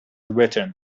return